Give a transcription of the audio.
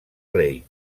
rei